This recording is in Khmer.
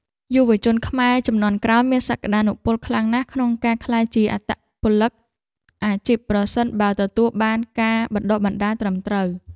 យុវជនខ្មែរជំនាន់ក្រោយមានសក្ដានុពលខ្លាំងណាស់ក្នុងការក្លាយជាអត្តពលិកអាជីពប្រសិនបើទទួលបានការបណ្ដុះបណ្ដាលត្រឹមត្រូវ។